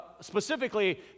specifically